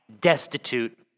destitute